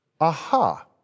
aha